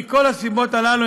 מכל הסיבות האלה,